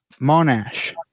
Monash